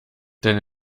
denn